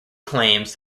claims